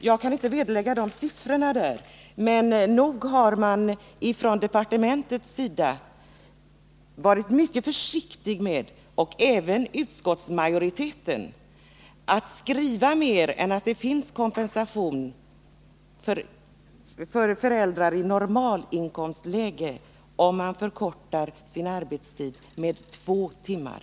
Jag kan inte vederlägga siffrorna, men nog har både departementet och utskottsmajoriteten varit utomordentligt försiktiga med att utfästa någon kompensation för andra än föräldrar i normalinkomstlägen som förkortar sin arbetstid med två timmar.